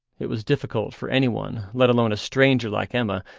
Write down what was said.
it was difficult for anyone, let alone a stranger like emma,